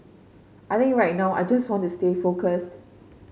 I think right now I just want to stay focused